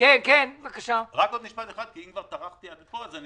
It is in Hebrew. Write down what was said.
אם כבר טרחתי עד לפה.